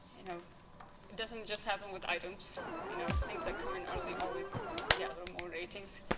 you know it doesn't just happen with items you know things that come in early always gather more ratings